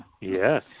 Yes